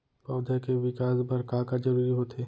पौधे के विकास बर का का जरूरी होथे?